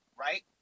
right